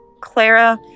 Clara